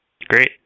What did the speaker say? Great